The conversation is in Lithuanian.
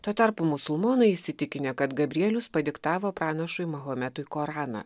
tuo tarpu musulmonai įsitikinę kad gabrielius padiktavo pranašui mahometui koraną